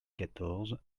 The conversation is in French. quatorze